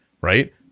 Right